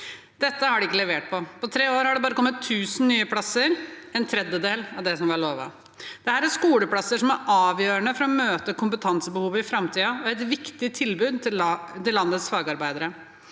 Dette har de ikke levert på. På tre år har det bare kommet 1 000 nye plasser, en tredjedel av det som ble lovet. Dette er skoleplasser som er avgjørende for å møte kompetansebehovet i framtiden, og det er et viktig tilbud til landets fagarbeidere.